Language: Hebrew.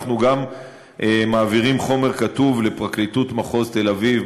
אנחנו גם מעבירים חומר כתוב לפרקליטות מחוז תל-אביב,